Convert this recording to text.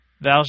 thou